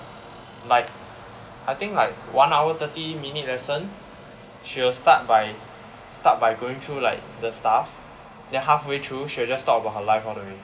like I think like one hour thirty minute lesson she will start by start by going through like the stuff then halfway through she'll just talk about her life all the way